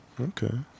Okay